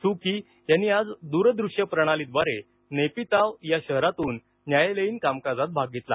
सू कीयांनी आज दूरदृश्य प्रणालीद्वारे नेपिताव या शहरातून न्यायालयीन कामकाजात भाग घेतला